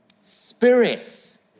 spirits